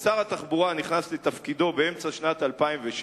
כששר התחבורה נכנס לתפקידו באמצע שנת 2006,